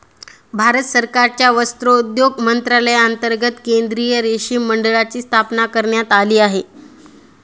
भारत सरकारच्या वस्त्रोद्योग मंत्रालयांतर्गत केंद्रीय रेशीम मंडळाची स्थापना करण्यात आली आहे